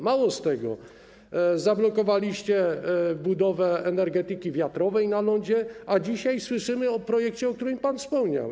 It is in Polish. Mało tego, zablokowaliście budowę energetyki wiatrowej na lądzie, a dzisiaj słyszymy o projekcie, o którym pan wspomniał.